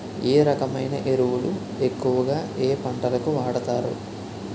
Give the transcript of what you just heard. ఏ రకమైన ఎరువులు ఎక్కువుగా ఏ పంటలకు వాడతారు?